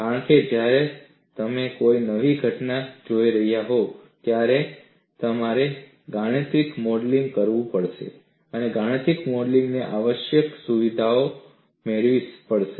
કારણ કે જ્યારે તમે કોઈ નવી ઘટના જોઈ રહ્યા હોવ ત્યારે તમારે ગાણિતિક મોડેલિંગ કરવું પડશે અને ગાણિતિક મોડેલિંગ ને આવશ્યક સુવિધાઓ મેળવવી પડશે